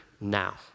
now